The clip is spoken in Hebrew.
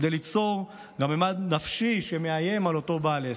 וכדי ליצור גם ממד נפשי שמאיים על אותו בעל עסק.